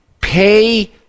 Pay